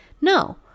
no